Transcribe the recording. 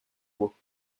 mots